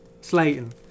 Slayton